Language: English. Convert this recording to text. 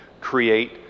create